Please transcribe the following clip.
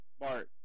Bart